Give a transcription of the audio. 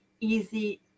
easy